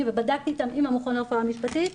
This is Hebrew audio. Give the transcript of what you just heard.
ובדקתי אותם עם המכון לרפואה משפטית,